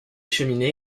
cheminées